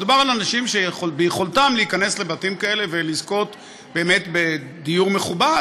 מדובר על אנשים שביכולתם להיכנס לבתים כאלה ולזכות בדיור מכובד,